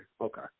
Okay